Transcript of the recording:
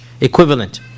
equivalent